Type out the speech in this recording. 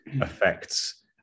affects